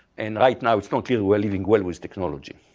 and right now it's not really we're living well with technology.